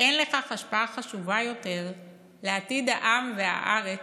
ואין לך השפעה חשובה יותר לעתיד העם והארץ